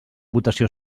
votació